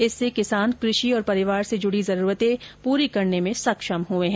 इससे किसान कृषि और परिवार से जुडी जरूरते पूरी करने में सक्षम हए हैं